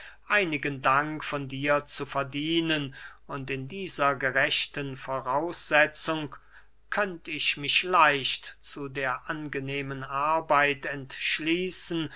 einigen dank von dir zu verdienen und in dieser gerechten voraussetzung könnt ich mich leicht zu der angenehmen arbeit entschließen